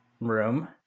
room